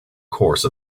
course